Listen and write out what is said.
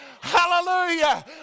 Hallelujah